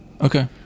Okay